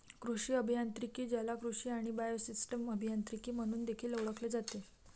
कृषी अभियांत्रिकी, ज्याला कृषी आणि बायोसिस्टम अभियांत्रिकी म्हणून देखील ओळखले जाते